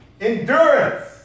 Endurance